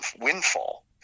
windfall